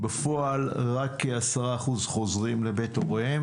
בפועל רק כ-10% חוזרים לבית הוריהם